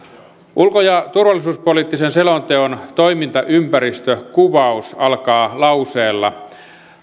ulko ja turvallisuuspoliittisen selonteon toimintaympäristön kuvaus alkaa lauseella